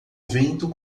vento